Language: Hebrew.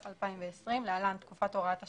התש"ף-2020 (להלן תקופת הוראת השעה)